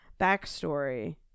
backstory